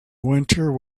winter